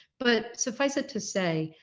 but suffice it to say,